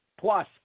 Plus